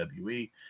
WWE